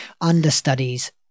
Understudies